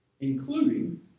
including